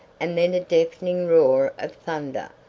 and then a deafening roar of thunder,